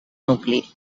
nucli